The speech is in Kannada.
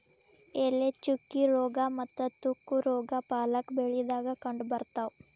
ಎಲೆ ಚುಕ್ಕಿ ರೋಗಾ ಮತ್ತ ತುಕ್ಕು ರೋಗಾ ಪಾಲಕ್ ಬೆಳಿದಾಗ ಕಂಡಬರ್ತಾವ